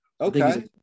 Okay